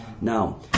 now